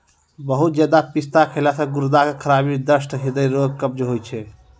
बहुते ज्यादा पिस्ता खैला से गुर्दा के खराबी, दस्त, हृदय रोग, कब्ज होय छै